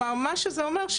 מה שזה אומר,